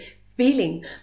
feeling